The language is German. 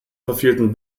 verfehlten